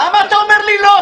למה אתה אומר לי "לא"?